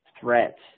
threat